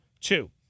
two